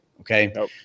Okay